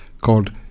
Called